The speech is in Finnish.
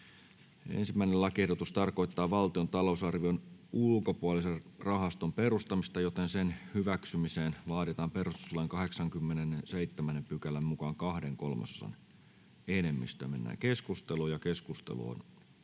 1. lakiehdotus tarkoittaa valtion talousarvion ulkopuolisen rahaston perustamista, joten sen hyväksymiseen vaaditaan perustuslain 87 §:n mukaan kahden kolmasosan enemmistö.